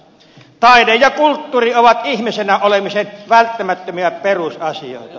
taide ja kulttuuri ovat ihmisenä olemisen välttämättömiä perusasioita